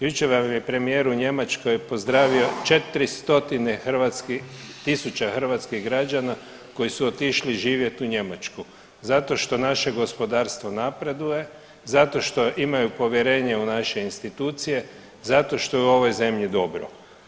Jučer vam je premijer u Njemačkoj pozdravio 4 stotine hrvatskih, tisuća hrvatskih građana koji su otišli živjeti u Njemačku zato što naše gospodarstvo napreduje, zato što imaju povjerenje u naše institucije, zato što je u ovoj zemlji dobro.